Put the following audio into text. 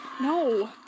No